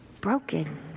broken